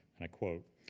and i quote,